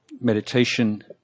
meditation